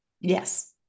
yes